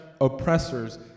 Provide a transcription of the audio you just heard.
oppressors